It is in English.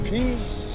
Peace